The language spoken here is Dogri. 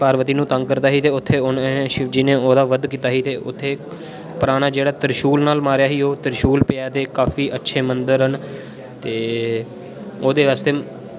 माता पार्वती नु तंग करदा सी ते उत्थे उन्नै शिवाजी ने औह्दा बद कित्ता सी ते उत्थे पुराना जेह्ड़ा त्रिशूल नाल मारेआ ही ओह् त्रिशूल पेआ ते काफी अच्छे मंदर न ते ओह्दे आस्तै